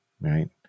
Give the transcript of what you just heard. right